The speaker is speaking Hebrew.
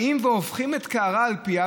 באים והופכים את הקערה על פיה,